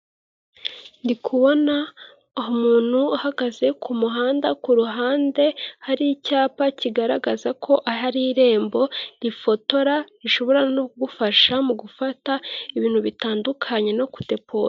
Ndi kubona umuntu uhagaze ku muhanda, ku ruhande hari icyapa kigaragaza ko ahari irembo rifotora rishobora no kugufasha mu gufata ibintu bitandukanye no kudepoza.